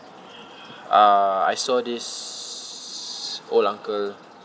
uh I saw this old uncle